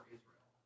Israel